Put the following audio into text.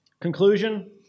Conclusion